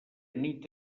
nit